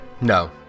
no